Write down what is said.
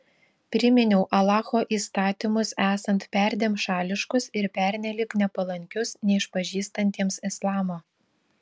priminiau alacho įstatymus esant perdėm šališkus ir pernelyg nepalankius neišpažįstantiems islamo